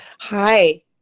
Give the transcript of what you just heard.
Hi